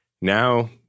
now